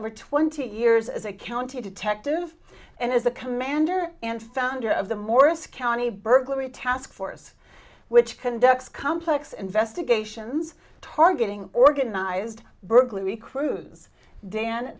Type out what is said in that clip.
over twenty years as a county detective and as a commander and founder of the morris county burglary task force which conducts complex investigation targeting organized burglary crews dan